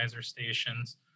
stations